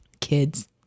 kids